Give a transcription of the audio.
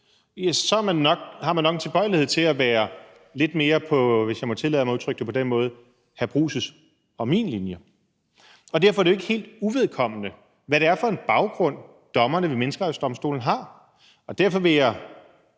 så har man nok en tilbøjelighed til at være lidt mere på, hvis jeg må tillade mig at udtrykke det på den måde, hr. Jeppe Bruus' og min linje. Derfor er det jo ikke helt uvedkommende, hvad det er for en baggrund, dommerne ved Menneskerettighedsdomstolen har. Og derfor vil jeg